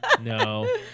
No